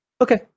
okay